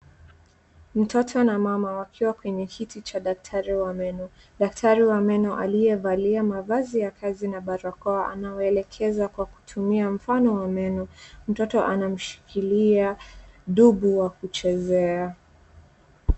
Mtoto na mama wakiwa kwenye kiti cha daktari wa meno. Daktari wa meno aliyevalia mavazi ya kazi na barakoa, anawaelekeza kwa kutumia mfano wa meno. Mtoto anamshikilia dubu wa kuchezea.